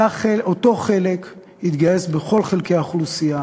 אותו חלק יתגייס כמו כל חלקי האוכלוסייה